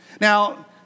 Now